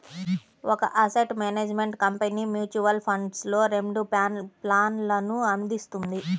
ఒక asset management company mutual ఫండ్స్లో రెండు ప్లాన్లను అందిస్తుంది